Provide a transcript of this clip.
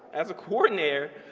as a coordinator,